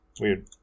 Weird